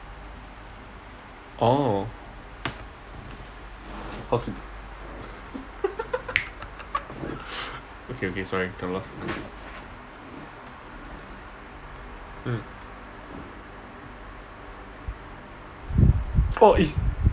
orh hosp~ okay okay sorry cannot laugh oh it's